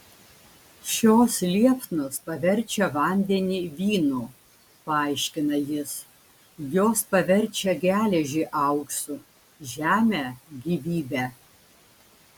šios liepsnos paverčia vandenį vynu paaiškina jis jos paverčia geležį auksu žemę gyvybe